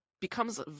becomes